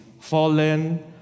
Fallen